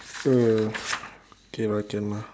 oh ya K lah can lah